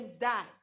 die